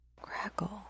crackle